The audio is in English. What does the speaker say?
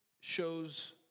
shows